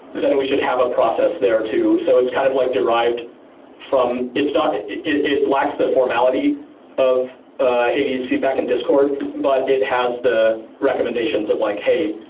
then we should have a process there, too. so it's kind of like derived from it's not it lacks the formality of hades feedback in discord. but it has the recommendations of like, hey,